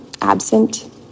absent